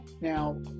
Now